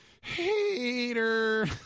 Hater